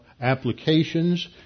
applications